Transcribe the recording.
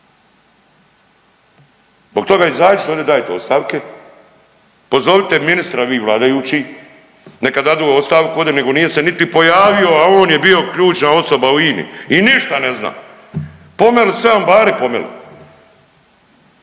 Zbog toga izađite, dajte ovdje ostavke. Pozovite ministra vi vladajući neka dadu ostavku ovde, nego nije se niti pojavio, a on je bio ključna osoba u INA-i. I ništa ne zna. Pomeli sve ambare pomeli!